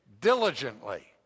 diligently